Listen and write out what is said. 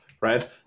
right